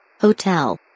Hotel